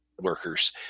workers